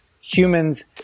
humans